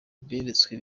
beretswe